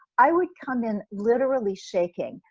i would come in literally shaking.